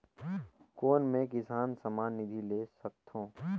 कौन मै किसान सम्मान निधि ले सकथौं?